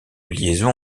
liaison